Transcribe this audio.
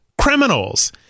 criminals